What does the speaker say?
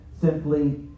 simply